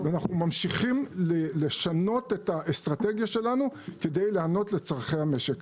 ואנחנו ממשיכים לשנות את האסטרטגיה שלנו כדי לענות לצרכי המשק.